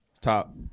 Top